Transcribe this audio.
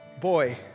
boy